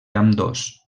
ambdós